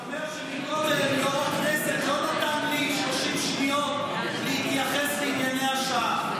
אני אומר שמקודם יו"ר הכנסת לא נתן לי 30 שניות להתייחס לענייני השעה,